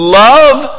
love